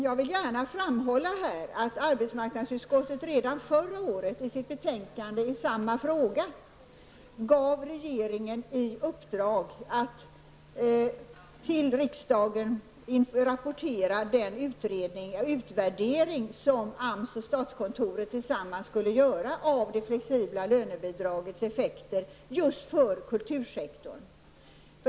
Jag vill gärna framhålla att arbetsmarknadsutskottet redan förra året i sitt betänkande i samma fråga gav regeringen i uppdrag att inför riksdagen rapportera den utvärdering som AMS och statskontoret tillsammans skulle göra av det flexibla lönebidragets effekter för just kultursektorn.